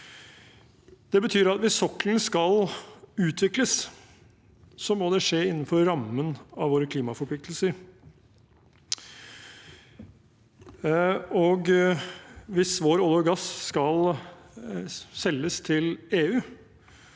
Det betyr at hvis sokkelen skal utvikles, må det skje innenfor rammen av våre klimaforpliktelser. Hvis vår olje og gass skal selges til EU,